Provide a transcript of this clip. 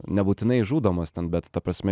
nebūtinai žudomas ten bet ta prasme